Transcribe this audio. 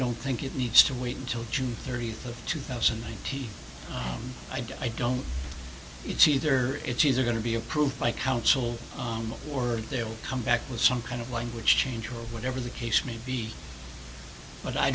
don't think it needs to wait until june thirtieth of two thousand and eight i don't it's either it's either going to be approved by council on the word they will come back with some kind of language change or whatever the case may be but i